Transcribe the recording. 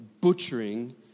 butchering